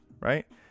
right